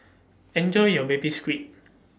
Enjoy your Baby Squid